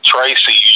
Tracy